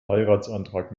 heiratsantrag